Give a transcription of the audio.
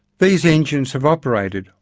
these engines have operated,